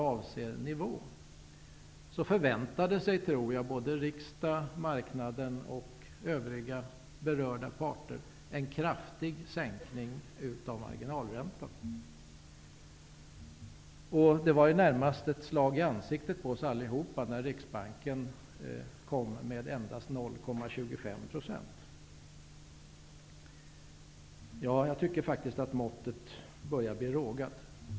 Då förväntade sig riksdagen, marknaden och övriga berörda parter en kraftig sänkning av marginalräntan. Det var närmast ett slag i ansiktet på oss alla när Jag tycker faktiskt att måttet börjar bli rågat.